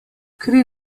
kri